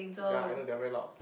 ya you know they are very loud